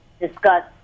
discuss